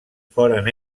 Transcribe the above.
foren